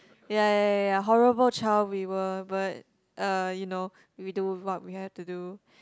ya ya ya horrible child we were but uh you know we do what we have to do